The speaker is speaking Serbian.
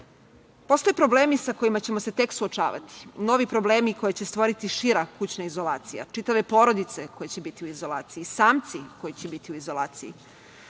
Postoje problemi sa kojima ćemo se tek suočavati. Novi problemi koji će stvoriti šira kućna izolacija, čitave porodice koje će biti u izolaciji, samci koji će biti u izolaciji. Podsetimo